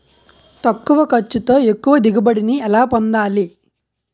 తక్కువ ఖర్చుతో ఎక్కువ దిగుబడి ని ఎలా పొందాలీ?